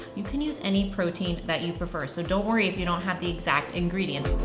you can use any protein that you prefer. so don't worry if you don't have the exact ingredient.